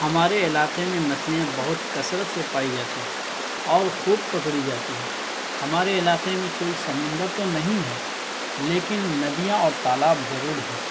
ہمارے علاقے میں مچھلیاں بہت کثرت سے پائی جاتی ہیں اور خوب پکڑی جاتی ہیں ہمارے علاقے میں کوئی سمندر تو نہیں ہے لیکن ندیاں اور تالاب ضرور ہیں